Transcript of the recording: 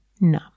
No